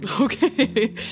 Okay